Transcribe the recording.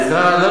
סליחה.